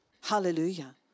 Hallelujah